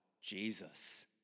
Jesus